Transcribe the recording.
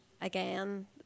again